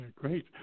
great